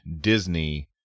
Disney